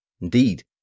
Indeed